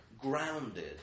grounded